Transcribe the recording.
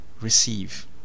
receive